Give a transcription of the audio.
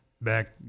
back